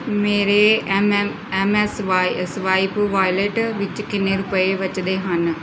ਮੇਰੇ M M M A ਸਵਾਇ swipe wallet ਵਿੱਚ ਕਿੰਨੇ ਰੁਪਏ ਬਚਦੇ ਹਨ